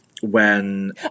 when-